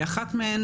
אחת מהן,